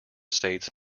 states